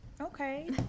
Okay